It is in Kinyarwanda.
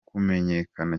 kumenyekana